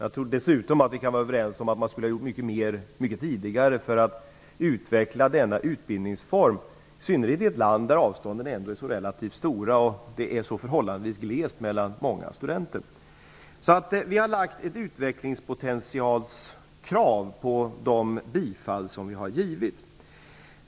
Jag tror dessutom att vi kan vara överens om att man skulle ha gjort mycket mer mycket tidigare för att utveckla denna utbildningsform, i synnerhet i ett land där avstånden är så relativt stora och där det är förhållandevis glest mellan studenterna. Vi har ställt ett utvecklingspotentialskrav på de projekt som vi har bifallit.